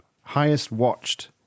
highest-watched